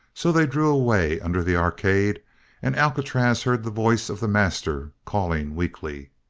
so they drew away under the arcade and alcatraz heard the voice of the master calling weakly.